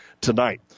tonight